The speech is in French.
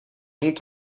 ont